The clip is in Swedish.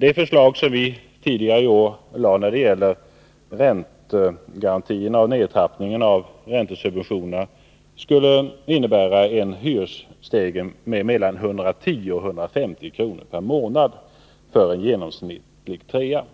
Det förslag som vi tidigare i år lade fram beträffande räntegarantierna och nedtrappningen av räntesubventionerna skulle innebära en hyresstegring med mellan 110 och 150 kr. per månad för en genomsnittlig trea.